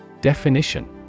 Definition